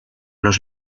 los